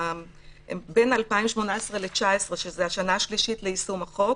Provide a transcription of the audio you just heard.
בין 2018 ל-2019, שזאת השנה השלישית ליישום החוק,